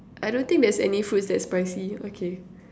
I don't think there's any fruits that's spicy okay